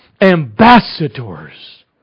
ambassadors